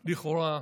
לכאורה,